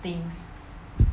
things